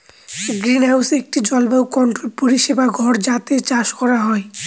greenhouse একটি জলবায়ু controlled পরিবেশ ঘর যাতে চাষ করা হয়